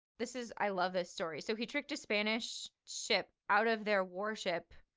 this is, i love this story. so he tricked a spanish ship out of their warship.